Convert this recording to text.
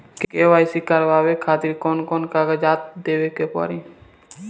KYC करवावे खातिर कौन कौन कागजात देवे के पड़ी?